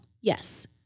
Yes